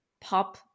pop